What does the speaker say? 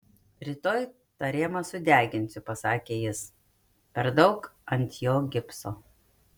rytoj tą rėmą sudeginsiu pasakė jis per daug ant jo gipso